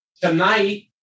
Tonight